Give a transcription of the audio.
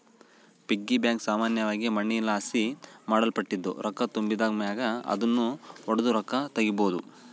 piggy bank ಸಾಮಾನ್ಯವಾಗಿ ಮಣ್ಣಿನಲಾಸಿ ಮಾಡಲ್ಪಟ್ಟಿದ್ದು, ರೊಕ್ಕ ತುಂಬಿದ್ ಮ್ಯಾಗ ಅದುನ್ನು ಒಡುದು ರೊಕ್ಕ ತಗೀಬೋದು